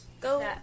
Go